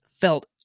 felt